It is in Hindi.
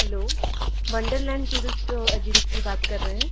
हेलो वंडरलैंड टूरिस्ट अजेंसी से बात कर रहे हैं